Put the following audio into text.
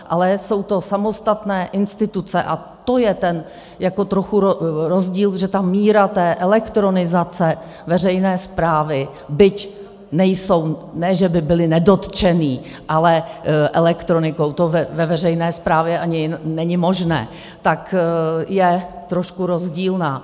Ale jsou to samostatné instituce a to je ten trochu rozdíl, protože ta míra té elektronizace veřejné správy, byť nejsou, ne že by byli nedotčeni elektronikou, to ve veřejné správě ani není možné, tak je trošku rozdílná.